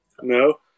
No